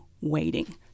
waiting